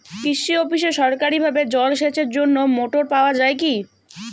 কৃষি অফিসে সরকারিভাবে জল সেচের জন্য মোটর পাওয়া যায় কি?